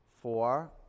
four